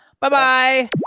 Bye-bye